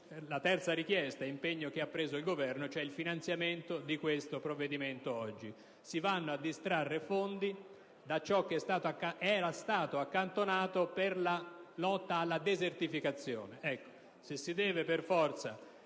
il terzo impegno che ha preso il Governo oggi, cioè il finanziamento di tale provvedimento. Si vanno a distrarre fondi da ciò che era stato accantonato per la lotta alla desertificazione.